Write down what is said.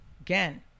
Again